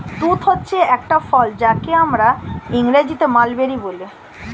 তুঁত হচ্ছে একটি ফল যাকে ইংরেজিতে মালবেরি বলে